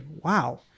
Wow